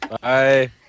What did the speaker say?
Bye